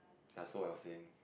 ya so I was saying